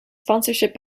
sponsorship